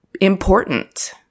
important